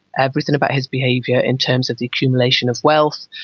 everything about his behaviour in terms of the accumulation of wealth,